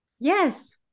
Yes